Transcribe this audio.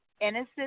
innocent